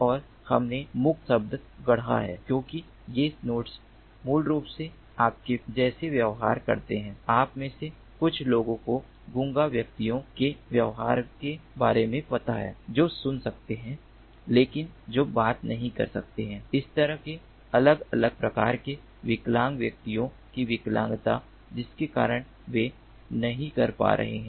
और हमने मुक् शब्द गढ़ा है क्योंकि ये नोड्स मूल रूप से आपके जैसे व्यवहार करते हैं आप में से कुछ लोगों को गूंगा व्यक्तियों के व्यवहार के बारे में पता है जो सुन सकते हैं लेकिन जो बात नहीं कर सकते हैं इस तरह के अलग अलग प्रकार के विकलांग व्यक्तियों की विकलांगता जिसके कारण वे नहीं कर पा रहे हैं